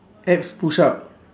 abs push-up